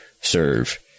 serve